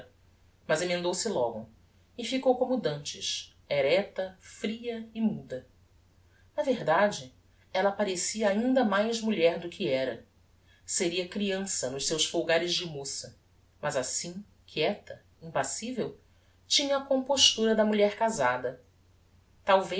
mas emendou se logo e ficou como d'antes erecta fria e muda na verdade ella parecia ainda mais mulher do que era seria criança nos seus folgares de moça mas assim quieta impassivel tinha a compostura da mulher casada talvez